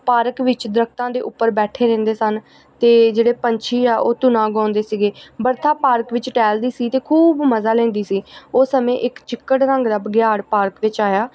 park ਵਿੱਚ ਦਰੱਖਤਾਂ ਦੇ ਉੱਪਰ ਬੈਠੇ ਰਹਿੰਦੇ ਸਨ ਅਤੇ ਜਿਹੜੇ ਪੰਛੀ ਆ ਉਹ ਧੁਨਾਂ ਗਾਉਂਦੇ ਸੀਗੇ ਬਰਥਾ ਪਾਰਕ ਵਿੱਚ ਟਹਿਲਦੀ ਸੀ ਅਤੇ ਖੂਬ ਮਜ਼ਾ ਲੈਂਦੀ ਸੀ ਉਸ ਸਮੇਂ ਇੱਕ ਚਿੱਕੜ ਰੰਗ ਦਾ ਬਗਿਆੜ ਪਾਰਕ ਵਿੱਚ ਆਇਆ